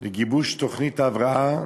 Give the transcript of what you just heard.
לגיבוש תוכנית הבראה